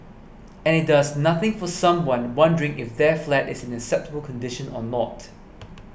and it does nothing for someone wondering if their flat is in acceptable condition or not